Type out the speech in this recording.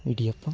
idiyappam